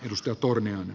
pyrstö turmioon